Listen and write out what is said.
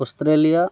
Australia